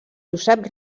josep